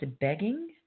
begging